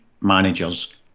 managers